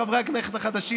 חברי הכנסת החדשים,